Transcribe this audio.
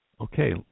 Okay